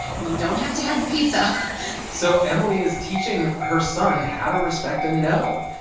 and you don't have to have the pizza so emily is teaching her son how to respect a no.